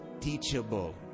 Teachable